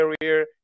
career